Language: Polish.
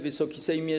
Wysoki Sejmie!